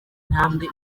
intambwe